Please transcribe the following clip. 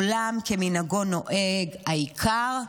עולם כמנהגו נוהג, העיקר,